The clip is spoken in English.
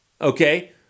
Okay